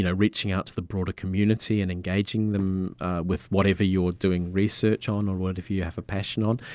you know reaching out to the broader community and engaging them with whatever you are doing research on or whatever you have a passion on.